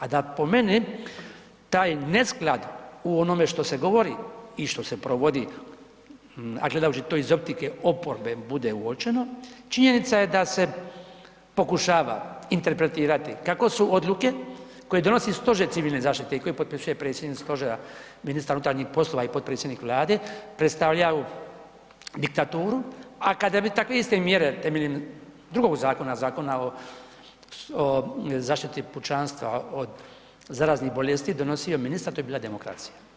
A da po meni taj nesklad o onome što se govori i što se provodi, a gledajući to iz optike oporbe bude uočeno, činjenica je da se pokušava interpretirati kako su odluke koje donosi Stožer civilne zaštite i koje potpisuje predsjednik stožera, ministar unutarnjih poslova i potpredsjednik Vlade, predstavljaju diktaturu, a kada bi takve iste mjere temeljem drugog zakona, Zakona o, o zaštiti pučanstva od zaraznih bolesti donosio ministar, to bi bila demokracija.